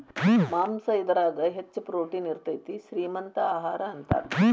ಮಾಂಸಾ ಇದರಾಗ ಹೆಚ್ಚ ಪ್ರೋಟೇನ್ ಇರತತಿ, ಶ್ರೇ ಮಂತ ಆಹಾರಾ ಅಂತಾರ